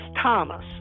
Thomas